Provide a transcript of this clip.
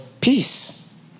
peace